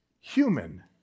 human